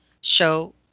show